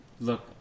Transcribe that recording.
look